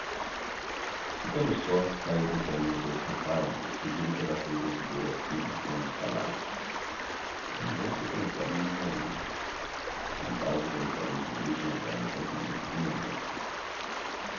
ficando sós saíram também os dois rapazes e seguiram pela rua do ouvidor acima ambos calados mendonça pensava em margarida andrade pensava nos meios de entrar na confidência de mendonça